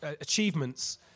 achievements